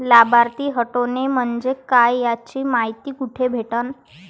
लाभार्थी हटोने म्हंजे काय याची मायती कुठी भेटन?